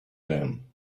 them